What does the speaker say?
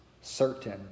certain